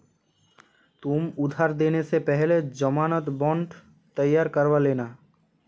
तुम उधार देने से पहले ज़मानत बॉन्ड तैयार करवा लेना